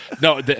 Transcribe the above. No